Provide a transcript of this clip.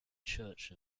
church